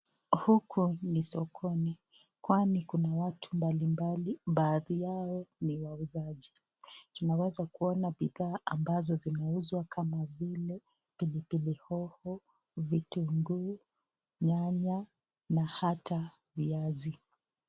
Huku ni sokoni, kwani kuna watu mbalimbali baadhi yao ni wauzaji. Tunaeza kuona bidhaa ambazo zinauzwa kama vile pilipili hoho, vitunguu, nyanya na hata viazi.